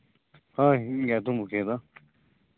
ᱦᱳᱭ ᱟᱹᱛᱩ ᱢᱩᱠᱷᱤᱭᱟᱹ ᱫᱚ